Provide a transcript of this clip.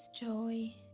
joy